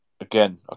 again